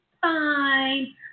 fine